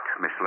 Miss